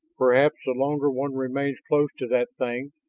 perhaps the longer one remains close to that thing,